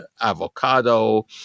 avocado